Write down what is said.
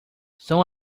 son